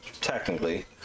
technically